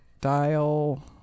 dial